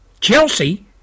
Chelsea